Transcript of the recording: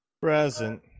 present